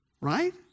Right